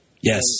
Yes